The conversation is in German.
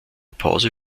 pause